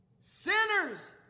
Sinners